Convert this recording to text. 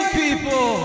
people